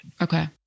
Okay